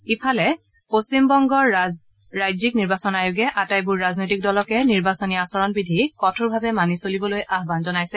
ইফালে পশ্চিমবংগৰ ৰাজ্যিক নিৰ্বাচন আয়োগে আটাইবোৰ ৰাজনৈতিক দলকে নিৰ্বাচনী আচৰণ বিধি কঠোৰভাৱে মানি চলিবলৈ আহান জনাইছে